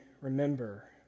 remember